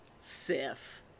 Sif